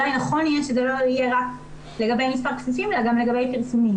אולי נכון יהיה שזה לא יהיה רק לגבי מספר כפיפים אלא גם לגבי פרסומים.